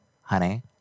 Honey